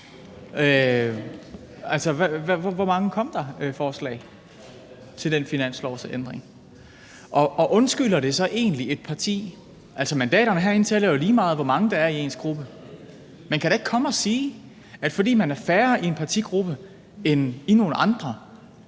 hvor mange ændringforslag kom der til den finanslov? Og undskylder det egentlig et parti? Altså, mandaterne herinde tæller jo lige meget, uanset hvor mange der er i ens gruppe. Man kan da ikke komme og sige, at fordi man er færre i en partigruppe end i nogle andre,